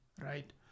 right